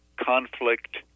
conflict